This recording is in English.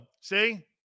See